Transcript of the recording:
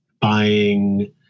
buying